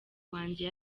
wanjye